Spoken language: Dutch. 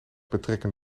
betrekken